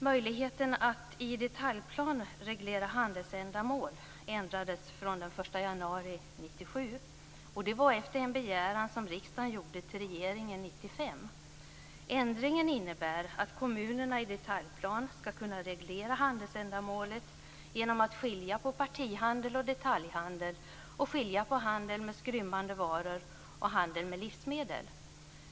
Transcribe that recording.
Möjligheten att i detaljplan reglera handelsändamål ändrades från den 1 januari 1997. Det var efter en begäran som riksdagen gjorde till regeringen 1995. Ändringen innebär att kommunerna i detaljplanen ska kunna reglera handelsändamålet genom att skilja på partihandel och detaljhandel och skilja på handel med skrymmande varor och handel med livsmedel.